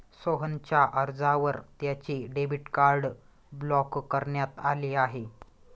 सोहनच्या अर्जावर त्याचे डेबिट कार्ड ब्लॉक करण्यात आले आहे